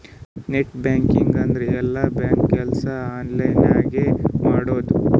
net banking ಅಂದುರ್ ಎಲ್ಲಾ ಬ್ಯಾಂಕ್ದು ಕೆಲ್ಸಾ ಆನ್ಲೈನ್ ನಾಗೆ ಮಾಡದು